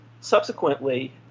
subsequently